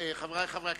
חברי חברי הכנסת,